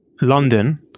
london